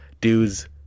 dudes